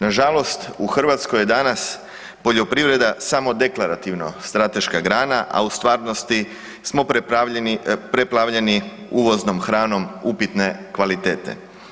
Nažalost u Hrvatskoj je danas poljoprivreda samo deklarativno strateška grana, a u stvarnosti smo preplavljeni uvoznom hranom upitne kvalitete.